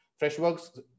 Freshworks